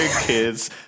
kids